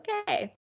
okay